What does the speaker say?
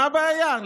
מה הבעיה?